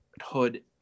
Hood